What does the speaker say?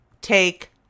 take